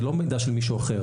זה לא מידע של מישהו אחר.